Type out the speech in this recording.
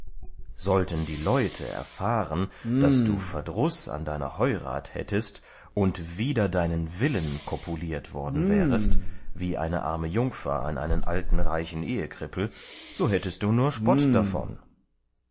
sollten die leute erfahren daß du verdruß an deiner heurat hättest und wider deinen willen kopuliert worden wärest wie eine arme jungfer an einen alten reichen ehekrippel so hättest du nur spott davon